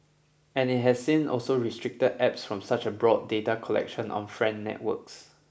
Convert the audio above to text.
and it has seem also restricted Apps from such a broad data collection on friend networks